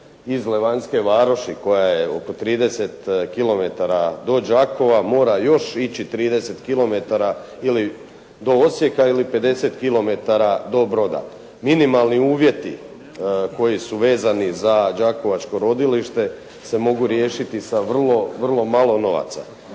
iz Levanjske Varoši koja je oko 30 km do Đakova mora još ići 30 km ili do Osijeka ili 50 km do Broda. Minimalni uvjeti koji su vezani za đakovačko rodilište se mogu riješiti sa vrlo, vrlo malo novaca.